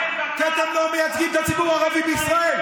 כי אתם לא מייצגים את הציבור הערבי בישראל.